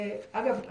אגב,